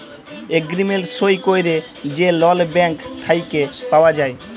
agreement সই ক্যইরে যে লল ব্যাংক থ্যাইকে পাউয়া যায়